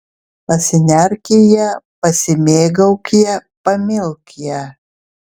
pasinerk į ją pasimėgauk ja pamilk ją